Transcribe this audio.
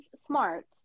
smart